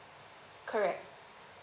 correct